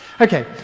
Okay